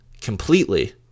completely